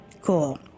cool